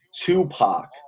Tupac